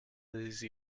these